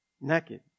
naked